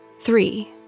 Three